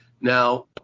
Now